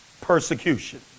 persecution